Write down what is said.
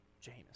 James